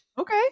Okay